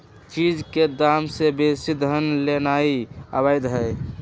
चीज के दाम से बेशी धन लेनाइ अवैध हई